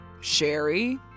Sherry